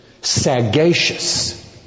sagacious